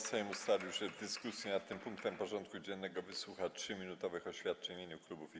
Sejm ustalił, że w dyskusji nad tym punktem porządku dziennego wysłucha 3-minutowych oświadczeń w imieniu klubów i kół.